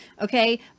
Okay